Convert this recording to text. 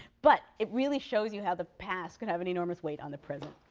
but it really shows you how the past can have an enormous weight on the present.